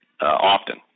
often